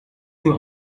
nur